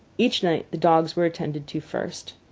each night the dogs were attended to first.